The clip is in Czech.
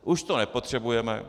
Už to nepotřebujeme.